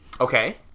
Okay